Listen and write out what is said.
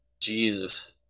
Jesus